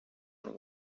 and